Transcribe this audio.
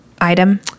item